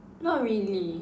not really